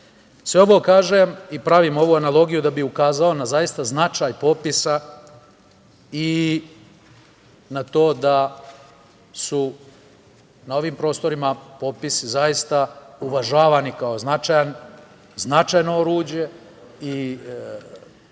ovo kažem i pravim ovu analogiju da bih ukazao na zaista značaj popisa i na to da su na ovim prostorima popisi zaista uvažavani kao značajno oruđe i sprovođeni